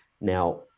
Now